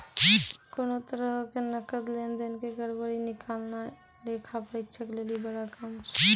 कोनो तरहो के नकद लेन देन के गड़बड़ी निकालनाय लेखा परीक्षक लेली बड़ा काम छै